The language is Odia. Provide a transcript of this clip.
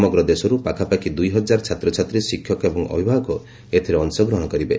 ସମଗ୍ର ଦେଶରୁ ପାଖାପାଖି ଦୁଇ ହଜାର ଛାତ୍ରଛାତ୍ରୀ ଶିକ୍ଷକ ଏବଂ ଅଭିଭାବକ ଏଥିରେ ଅଂଶଗ୍ରହଣ କରିବେ